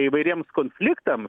įvairiems konfliktams